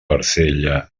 barcella